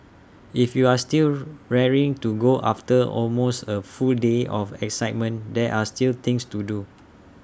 if you are still raring to go after almost A full day of excitement there are still things to do